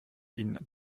ihnen